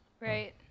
right